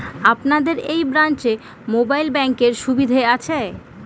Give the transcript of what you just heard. আপনাদের এই ব্রাঞ্চে মোবাইল ব্যাংকের সুবিধে আছে?